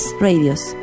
radios